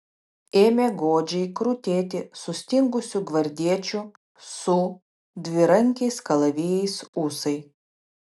ėmė godžiai krutėti sustingusių gvardiečių su dvirankiais kalavijais ūsai